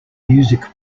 music